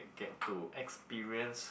get to experience